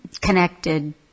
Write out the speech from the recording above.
connected